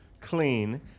clean